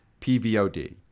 PVOD